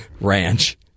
ranch